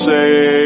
say